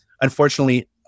unfortunately